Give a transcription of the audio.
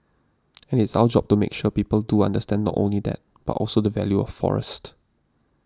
and it's our job to make sure people do understand not only that but also the value of forest